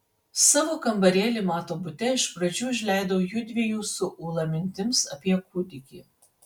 savo kambarėlį mato bute iš pradžių užleidau jųdviejų su ūla mintims apie kūdikį